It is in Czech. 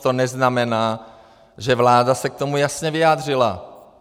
To neznamená, že vláda se k tomu jasně vyjádřila.